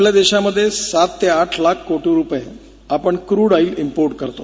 आपल्या देशामध्ये सात ते आठ लाख कोटी रुपये आपण क्रुड ऑईल इंपोर्ट करतो